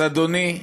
אז אדוני,